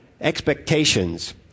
expectations